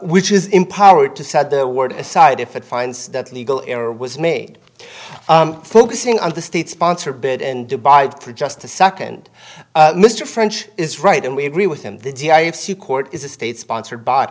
which is empowered to said the word aside if it finds that legal error was made focusing on the state sponsor bit and dubai for just a nd mr french is right and we agree with him the d i s you court is a state sponsored by